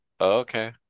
okay